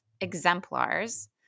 exemplars